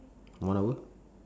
one hour